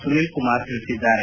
ಸುನೀಲ ಕುಮಾರ್ ಹೇಳಿದ್ದಾರೆ